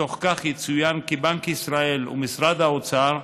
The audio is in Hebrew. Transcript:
בתוך כך יצוין כי בנק ישראל ומשרד האוצר,